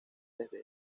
desde